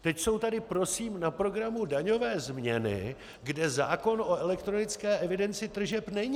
Teď jsou tady prosím na programu daňové změny, kde zákon o elektronické evidenci tržeb není.